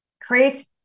creates